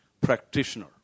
Practitioner